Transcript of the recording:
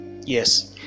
Yes